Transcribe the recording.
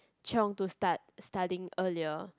cheong to start studying earlier